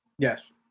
Yes